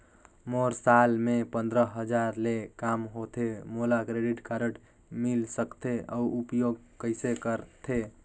मोर साल मे पंद्रह हजार ले काम होथे मोला क्रेडिट कारड मिल सकथे? अउ उपयोग कइसे करथे?